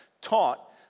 taught